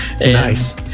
Nice